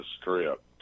Strip